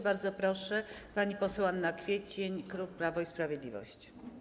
Bardzo proszę, pani poseł Anna Kwiecień, klub Prawo i Sprawiedliwość.